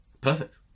Perfect